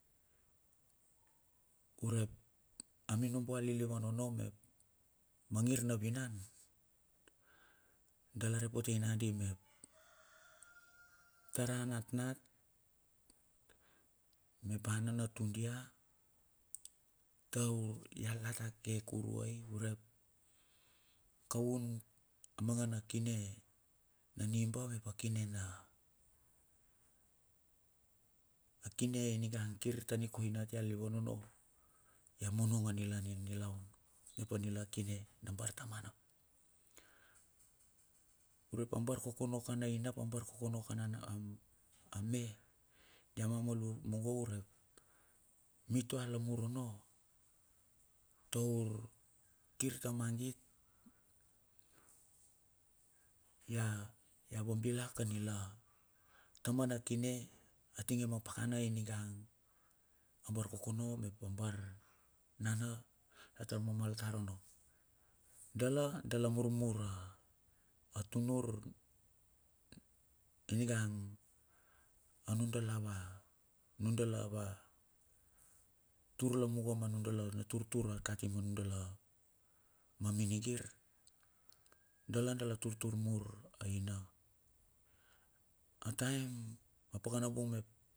Urep a minobo a lilivan ono mep, ma ngir na vinan dala repotei nagandi mep, tar a natnat mep a nanatu di mep tar a natnat mep a nanatui dia taur la ta ke kuruai urep kaun a manga na kine na niba mep a kine, akine ninga kir ta nikoina atia lilivan ono ia munung a nila nilaun mep a nila kine na bartamana. Urep a barkokono kan a auna ap a barkokono kaun an ame, dia mamal mungo urep mitua lamur ono tour kir ta mangit ia vabilak a nila tamana kine a tinge ma pakana atinge ma pakana ningang bar kokono mep nana la tar mamal tar ono. Dale dala murmur a tunur ningang a nudala va, nudula va tur lamungo na nudala na turtur kati ma nudula ma minigir. Dala dala turtur mur aina taem a pakanabung mep.